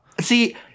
see